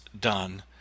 done